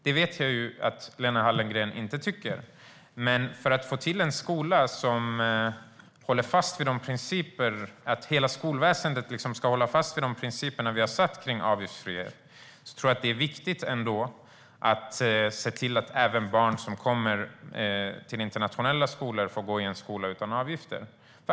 Det vet jag att Lena Hallengren inte tycker, men för att få till en skola som håller fast vid de principer om avgiftsfrihet som vi har slagit fast tror jag att det är viktigt att se till att även barn i internationella skolor får gå i en skola utan avgifter.